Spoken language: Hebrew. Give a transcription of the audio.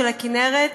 של הכינרת.